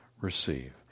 receive